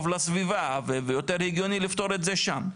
לסביבה ויותר הגיוני לפתור את זה שם,